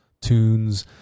tunes